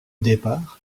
départ